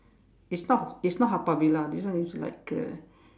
it's not it's not Haw-Par villa this one is like a